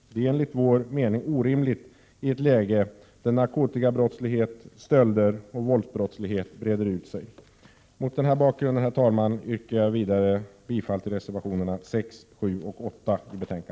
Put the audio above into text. Detta är enligt vår mening orimligt i ett läge där narkotikabrottslighet, stölder och våldsbrottslighet breder ut sig. Mot den här bakgrunden, herr talman, yrkar jag vidare bifall till reservationerna 6, 7 och 8.